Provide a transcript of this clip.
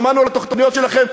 שמענו על התוכניות שלכם.